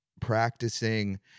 practicing